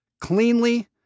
cleanly